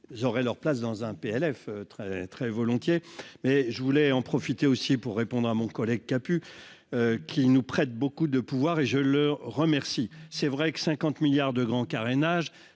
Auraient leur place dans un PLF très très volontiers, mais je voulais en profiter aussi pour répondre à mon collègue kaput. Qui nous prête beaucoup de pouvoir et je le remercie, c'est vrai que 50 milliards de grand carénage,